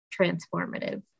transformative